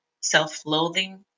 self-loathing